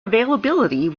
availability